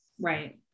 right